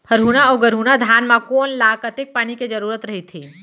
हरहुना अऊ गरहुना धान म कोन ला कतेक पानी के जरूरत रहिथे?